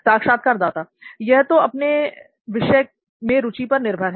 साक्षात्कारदाता यह तो आपके विषय में रुचि पर निर्भर है